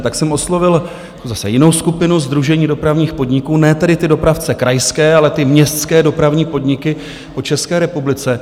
Tak jsem oslovil zase jinou skupinu, Sdružení dopravních podniků, ne tedy ty dopravce krajské, ale ty městské dopravní podniky v České republice.